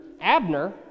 Abner